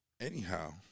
Anyhow